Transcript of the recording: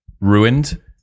ruined